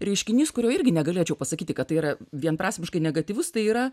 reiškinys kurio irgi negalėčiau pasakyti kad tai yra vienprasmiškai negatyvus tai yra